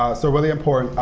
ah so really important,